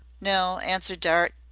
no, answered dart.